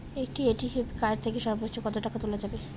একটি ATM card থেকে সর্বোচ্চ কত টাকা তোলা যাবে?